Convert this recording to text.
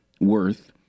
worth